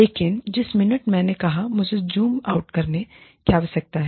लेकिन जिस मिनट मैंने कहा मुझे ज़ूम आउट करने आकार बढ़ाने की आवश्यकता है